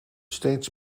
steeds